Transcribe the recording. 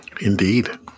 Indeed